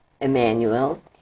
Emmanuel